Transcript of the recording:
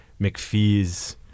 McPhee's